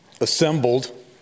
Assembled